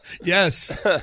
Yes